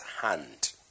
hand